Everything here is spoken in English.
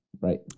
right